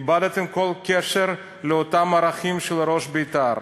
איבדתם כל קשר לאותם ערכים של ראש בית"ר.